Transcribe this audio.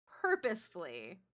purposefully